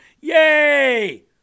yay